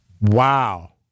wow